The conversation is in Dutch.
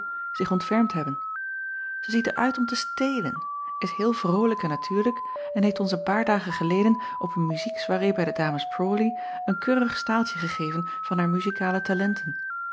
zich ontfermd hebben ij ziet er uit om te stelen is heel vrolijk en natuurlijk en heeft ons een paar dagen geleden op een muziek soirée bij de ames rawley een keurig staaltje gegeven van haar muzikale talenten